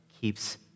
keeps